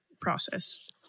process